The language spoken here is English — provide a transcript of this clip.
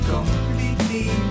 Completely